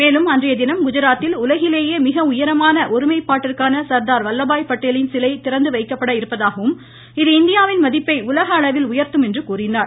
மேலும் அன்றைய தினம் குஜராத்தில் உலகிலேயே மிக உயரமான ஒருமைப்பாட்டிற்கான சர்தார் வல்லபாய் பட்டேலின் சிலை திறந்து வைக்கப்பட இருப்பதாகவும் இது இந்தியாவின் மதிப்பை உலக அளவில் உயர்த்தும் என்று கூறினார்